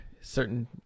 Certain